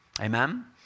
Amen